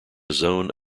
zone